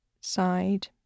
side